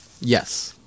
Yes